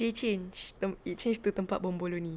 they change it change to tempat bomboloni